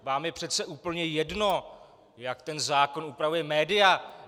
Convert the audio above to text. Vám je přece úplně jedno, jak zákon upravuje média!